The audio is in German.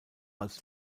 als